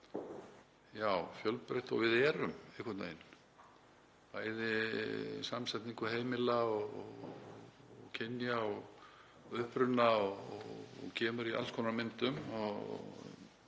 jafn fjölbreytt og við erum einhvern veginn, bæði samsetning heimila og kynja og uppruna, og kemur í alls konar myndum.